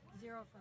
Zero